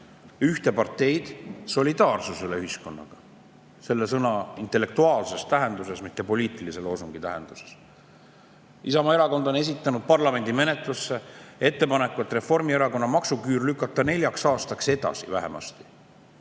ühte parteid üles solidaarsusele ühiskonnaga selle sõna intellektuaalses tähenduses, mitte poliitilise loosungi tähenduses. Isamaa Erakond on esitanud parlamendi menetlusse ettepaneku, et Reformierakonna maksuküüru [kaotamise ettepanek] lükata vähemasti